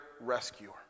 rescuer